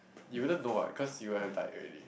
you wouldn't know what cause you would have died already